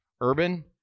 Urban